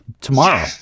tomorrow